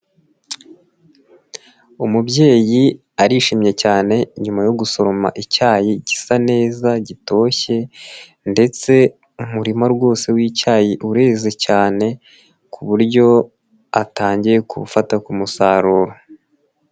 Umubyeyi arishimye cyane, nyuma yo gusoroma icyayi gisa neza, gitoshye ndetse umurima rwose wicyayi uze cyane, ku buryo atangiye gufata ku musaruro.